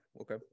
Okay